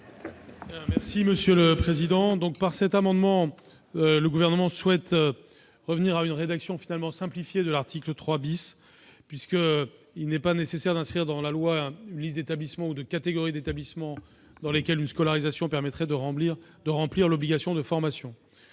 est à M. le ministre. Par cet amendement, le Gouvernement souhaite revenir à une rédaction simplifiée de l'article 3. Il n'est pas nécessaire d'inscrire dans la loi une liste des établissements ou de catégories d'établissements dans lesquels une scolarisation permettrait de remplir l'obligation de formation.